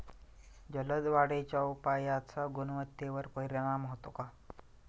जलद वाढीच्या उपायाचा गुणवत्तेवर परिणाम होतो का?